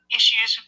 issues